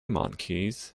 monkeys